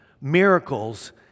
Miracles